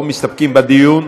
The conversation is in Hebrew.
או מסתפקים בדיון?